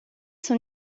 sun